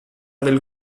del